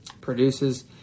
produces